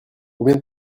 combien